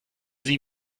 sie